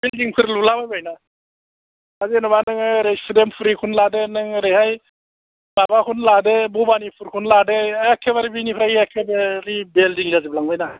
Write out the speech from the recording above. building फोर लुलाबायबाय ना दा जेनेबा नोङो ओरै सुदेमफुरिखौनो लादो नोङो ओरैहाय माबाखौनो लादो भबानिफुरखौनो लादो एखेबारे बिनिफ्राय एखे बे ऐ बिल्दिं जाजोबलांबाय ना